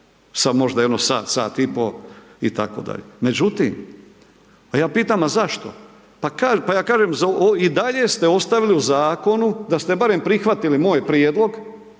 sa možda jedno sat, sat i po itd. Međutim, a ja pitam a zašto, pa ja kažem i dalje ste ostavili u zakonu da ste barem prihvatili moj prijedlog